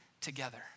together